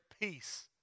peace